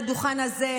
לדוכן הזה,